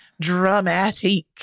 dramatic